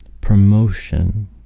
Promotion